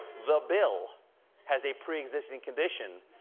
the bill has a preexisting condition